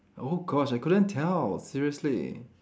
oh gosh I couldn't tell seriously